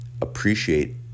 appreciate